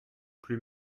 plus